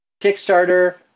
Kickstarter